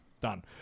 Done